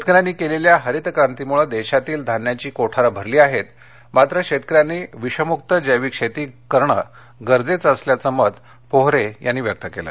शेतकऱ्यांनी केलेल्या हरितक्रांतीमुळे देशातील धान्याची कोठारं भरली आहेत मात्र शेतकऱ्यांनी विषमुक्त जैविक शेती करणे गरजेचे असल्याचे मत पोहरे यांनी व्यक्त केले